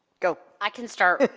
go. i can start with